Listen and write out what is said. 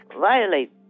violate